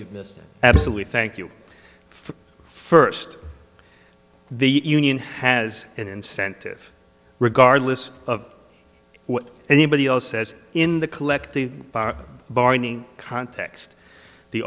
you've missed it absolutely thank you for the first the union has an incentive regardless of what anybody else says in the collective bargaining context the